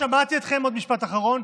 עוד משפט אחרון,